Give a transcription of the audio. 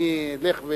אני אלך,